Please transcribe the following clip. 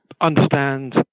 understand